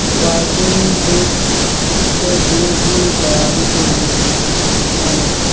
biking trip یا tour کی تیاری کے لیے ہمیں